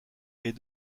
est